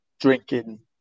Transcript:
drinking